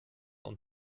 und